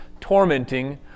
tormenting